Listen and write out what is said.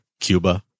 Cuba